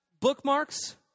bookmarks